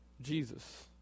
Jesus